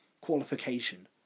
qualification